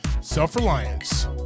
self-reliance